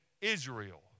Israel